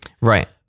Right